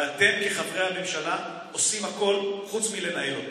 ואתם, חברי הממשלה, עושים הכול חוץ מלנהל אותו.